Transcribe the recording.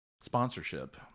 sponsorship